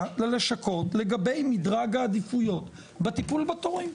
ללשכות לגבי מדרג העדיפויות בטיפול בתורים?